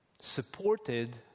supported